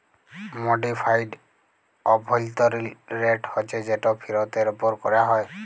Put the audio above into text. modified অভ্যলতরিল rate হছে যেট ফিরতের উপর ক্যরা হ্যয়